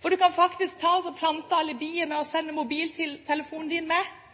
Du kan faktisk plante alibiet ved å sende mobiltelefonen din med